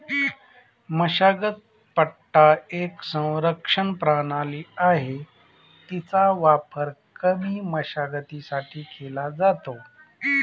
मशागत पट्टा एक संरक्षण प्रणाली आहे, तिचा वापर कमी मशागतीसाठी केला जातो